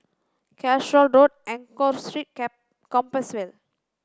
Calshot Road Enggor Street Cap Compassvale